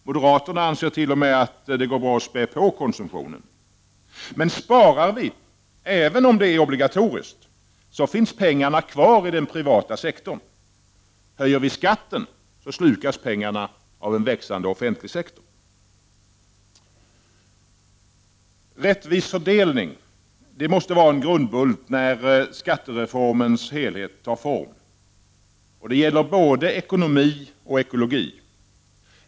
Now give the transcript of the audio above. Moderaterna anser t.o.m. att det går bra att späda på konsumtionen. Sparar vi, även om det är obligatoriskt, finns pengarna kvar i den privata sektorn. Höjer vi skatten slukas pengarna av en växande offentlig sektor. Rättvis fördelning måste vara en grundbult när skattereformens helhet tar form. Det gäller både ekonomi och ekologi.